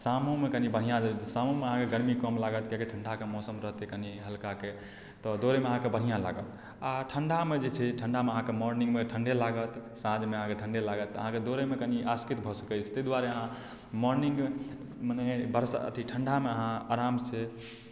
शामोमे कनि बढ़िआँ रहैत छै शामोमे अहाँकेँ गर्मी कम लागत कियाकी ठण्ढाक मौसम रहतै कनि हलकाके तऽ दौड़यमे अहाँकेँ बढ़ियाँ लागत आ ठन्ढामे जे छै ठन्ढामे अहाँकेँ मॉर्निंगमे ठण्ढे लागत साँझमे अहाँकेँ ठण्ढे लागत अहाँकेँ दौड़यमे कनि आसकति भऽ सकैत अछि ताहि दुआरे अहाँ मोर्निंगमे मने वर्षा अथी ठन्ढामे अहाँ आरामसँ